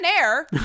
air